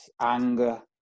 anger